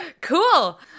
Cool